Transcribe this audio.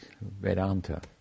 Vedanta